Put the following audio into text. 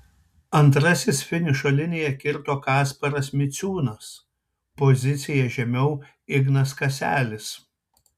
antrasis finišo liniją kirto kasparas miciūnas pozicija žemiau ignas kaselis